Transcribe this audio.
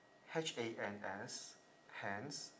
H A N S hans